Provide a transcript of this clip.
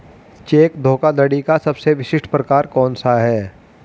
Check धोखाधड़ी का सबसे विशिष्ट प्रकार कौन सा है?